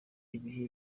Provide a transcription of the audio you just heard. ibihe